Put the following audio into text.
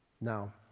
Now